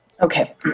Okay